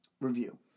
review